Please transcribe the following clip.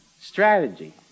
strategy